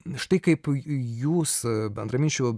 štai kaip jūs bendraminčių